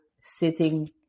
sitting